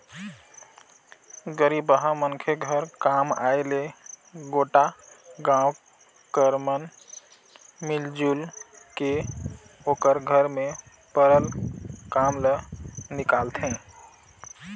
गरीबहा मनखे घर काम आय ले गोटा गाँव कर मन मिलजुल के ओकर घर में परल काम ल निकालथें